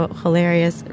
hilarious